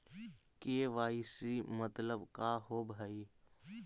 KYC मतलब का होव हइ?